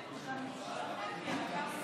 אדוני היושב-ראש,